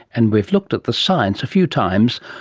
and we've looked at the science a few times,